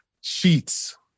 Sheets